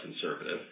conservative